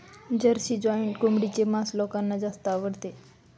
Jersey Giant कोंबडीचे मांस लोकांना जास्त आवडते